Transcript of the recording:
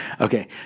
Okay